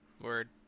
Word